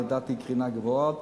ולדעתי יש קרינה גבוהה.